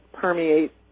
permeate